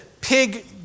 pig